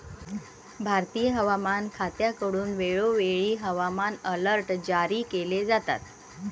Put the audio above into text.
भारतीय हवामान खात्याकडून वेळोवेळी हवामान अलर्ट जारी केले जातात